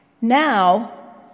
Now